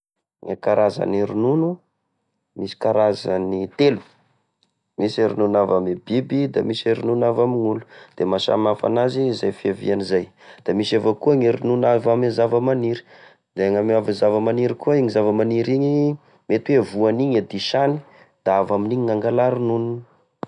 Gne karazane ronono, misy karazany telo: misy e ronono avy ame biby, da misy e ronono avy amign'olo da mahasamy hafa anazy izay fiaviany izay! da misy evao koa gne ronono avy ame zava-maniry, de gny e iny zava-maniry iny! mety hoe voany iny e disagny da avy aminigny no angala e rononony.